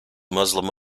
muslim